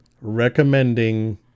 recommending